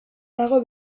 dago